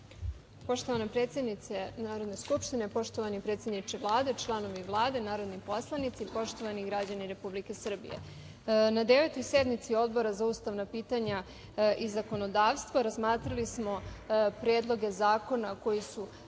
Poštovana predsednice Narodne skupštine, poštovane predsedniče Vlade, članovi Vlade, narodni poslanici, poštovani građani Republike Srbije, na Devetoj sednici Odbora za ustavna pitanja i zakonodavstvo razmatrali smo predloge zakona koji su